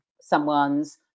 Someone's